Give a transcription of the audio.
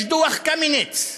יש דוח קמיניץ.